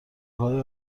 های